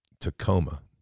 Tacoma